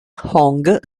hong